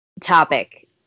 topic